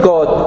God